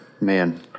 man